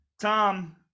Tom